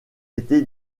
été